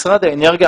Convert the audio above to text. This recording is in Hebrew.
משרד האנרגיה,